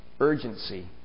Urgency